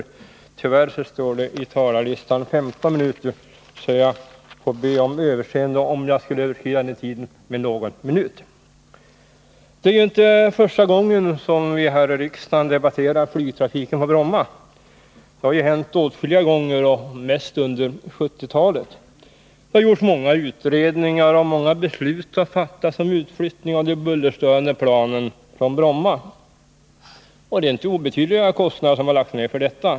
På talarlistan står jag emellertid upptagen för 15 minuter, varför jag ber om överseende om jag överskrider den tiden med någon minut. Det är inte första gången som vi här i riksdagen debatterar flygtrafiken på Bromma. Det har hänt åtskilliga gånger och mest under 1970-talet. Det har gjorts många utredningar och många beslut har fattats om utflyttning av de bullerstörande planen från Bromma. Det är inte obetydliga kostnader som lagts ned på detta.